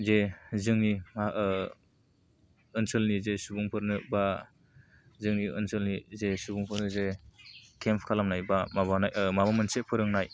जे जोंनि ओनसोलनि जे सुबुंफोरनो बा जोंनि ओनसोलनि जे सुबुंफोरबो केम्प खालामनाय बा माबा मोनसे फोरोंनाय